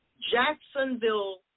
Jacksonville